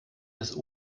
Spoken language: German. des